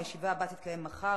הישיבה הבאה תתקיים מחר,